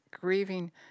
grieving